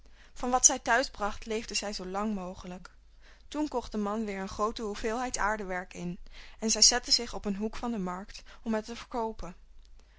van wat zij thuis bracht leefden zij zoo lang mogelijk toen kocht de man weer een groote hoeveelheid aardewerk in en zij zette zich op een hoek van de markt om het te verkoopen